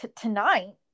tonight